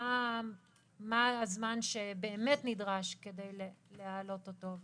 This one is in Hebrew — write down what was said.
מה הזמן שבאמת נדרש כדי להעלות אותו.